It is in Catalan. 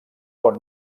bon